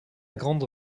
grande